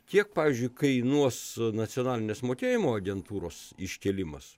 kiek pavyzdžiui kainuos nacionalinės mokėjimo agentūros iškėlimas